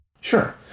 Sure